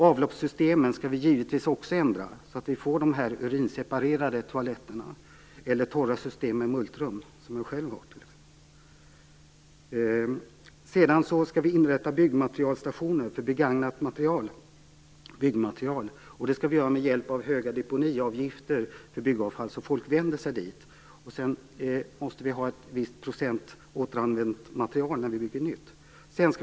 Givetvis skall vi också ändra avloppssystemen, så att vi får de här urinseparerade toaletterna eller torra system med multrum, något som jag själv har valt att ha. Vidare skall vi inrätta byggmaterialstationer för begagnat byggmaterial. Det skall vi göra med hjälp av höga deponiavgifter för byggavfall, så att folk vänder sig dit. Sedan måste vi ha en viss procent återanvänt material när vi bygger nytt.